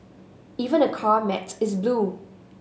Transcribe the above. even the car mats is blue